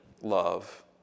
love